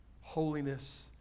holiness